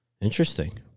Interesting